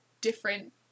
different